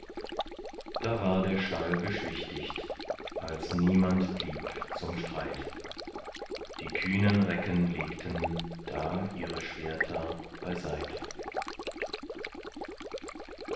da war der schall beschwichtigt als niemand blieb zum streit die kühnen recken legten da ihre schwerter beiseit